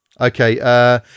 Okay